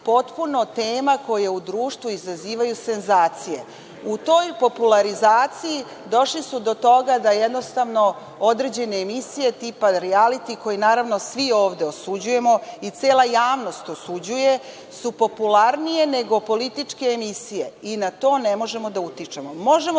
tema koje u društvu izazivaju senzaciju. U toj popularizaciji došli su do toga da određene emisije tipa rijaliti, koji svi ovde osuđujemo i cela javnost osuđuje, su popularnije nego političke emisije. Na to ne možemo da utičemo. Možemo